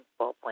ballpoint